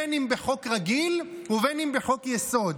בין בחוק רגיל ובין בחוק-יסוד,